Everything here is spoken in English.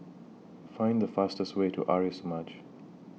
Find The fastest Way to Arya Samaj